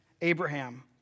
Abraham